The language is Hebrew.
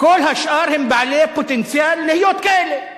כל השאר הם בעלי פוטנציאל להיות כאלה,